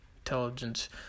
intelligence